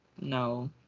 no